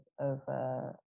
over